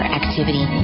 activity